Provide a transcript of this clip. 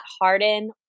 harden